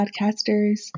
podcasters